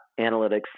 analytics